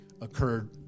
Occurred